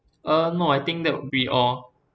uh no I think that would be all